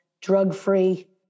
drug-free